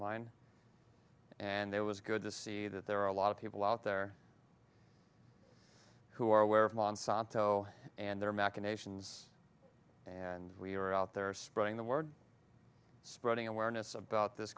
mine and their was good to see that there are a lot of people out there who are aware of monsanto and their machinations and we are out there are spreading the word spreading awareness about this